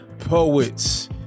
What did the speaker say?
poets